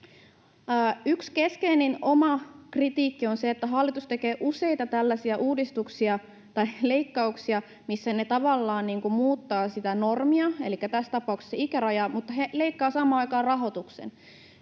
Yksi keskeinen oma kritiikkini on, että hallitus tekee useita tällaisia uudistuksia tai leikkauksia, missä he tavallaan muuttavat sitä normia elikkä tässä tapauksessa ikärajaa mutta he leikkaavat samaan aikaan rahoituksen.